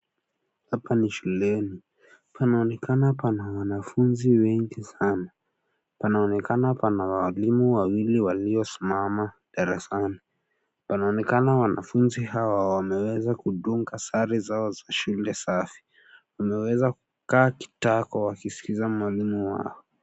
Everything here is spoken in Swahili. Hapa ni shuleni. Panaonekana pana wanafunzi wengi sana. Panaonekana pana walimu wawili waliosimama darasani. Panaonekana wanafunzi hawa wameweza kudunga sare yao ya shule safi. Wameweza kukaa kitako wakimsikiliza mwalimu wao.